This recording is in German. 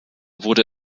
wurde